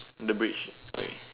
the bridge way